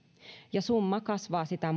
ja summa kasvaa sitä